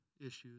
issues